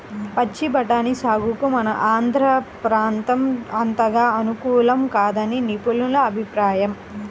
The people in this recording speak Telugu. పచ్చి బఠానీ సాగుకు మన ఆంధ్ర ప్రాంతం అంతగా అనుకూలం కాదని నిపుణుల అభిప్రాయం